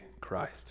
Christ